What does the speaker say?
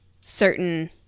certain